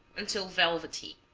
until velvety.